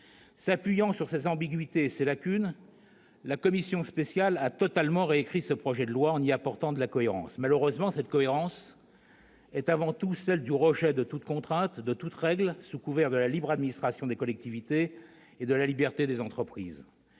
S'appuyant sur ces ambiguïtés et ces lacunes, la commission spéciale a totalement récrit ce projet de loi, en y apportant de la cohérence. Malheureusement, cette cohérence est avant tout celle du rejet de toute contrainte, de toute règle, sous couvert de défense de la libre administration des collectivités et de la liberté des entreprises,